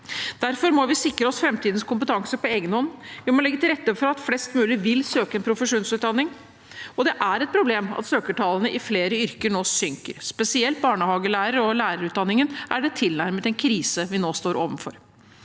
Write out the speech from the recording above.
Derfor må vi sikre oss framtidens kompetanse på egen hånd, og vi må legge til rette slik at flest mulig vil søke en profesjonsutdanning. Det er et problem at søkertallene til flere yrker nå synker, og spesielt i barnehagelærer- og lærerutdanningen er det tilnærmet en krise vi nå står overfor.